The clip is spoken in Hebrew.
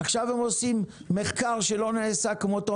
עכשיו הם עושים מחקר שלא נעשה כמותו